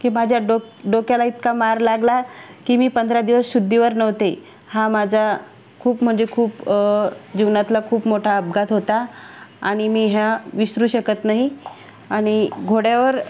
की माझ्या डोक डोक्याला इतका मार लागला की मी पंधरा दिवस शुद्धीवर नव्हते हा माझा खूप म्हणजे खूप जीवनातला खूप मोठा अपघात होता आणि मी हा विसरू शकत नाही आणि घोड्यावर